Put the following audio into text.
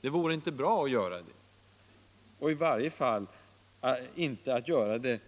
Det vore inte bra att göra det — och i varje fall inte